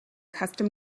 custom